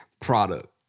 product